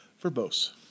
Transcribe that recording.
Verbose